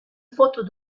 faute